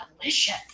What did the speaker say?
delicious